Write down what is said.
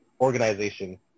organization